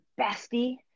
bestie